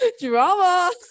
drama